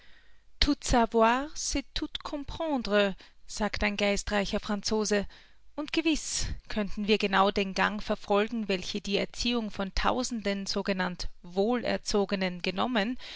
sagt ein geistreicher franzose und gewiß könnten wir genau den gang verfolgen welchen die erziehung von tausenden sogenannt wohlerzogenen genommen